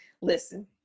Listen